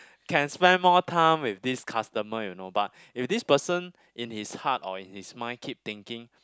can spend more time with this customer you know but if this person in his heart or in his mind keep thinking